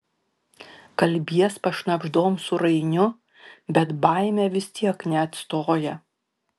kalbies pašnabždom su rainiu bet baimė vis tiek neatstoja